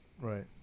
right